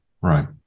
right